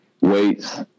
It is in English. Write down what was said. weights